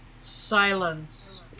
Silence